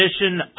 edition